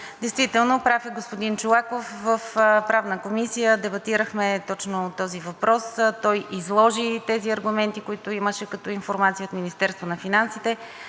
Действително, прав е господин Чолаков. В Правната комисия дебатирахме точно този въпрос. Той изложи тези аргументи, които имаше като информация от Министерството на финансите,